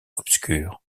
obscure